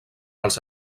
els